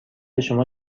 شما